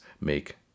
make